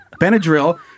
Benadryl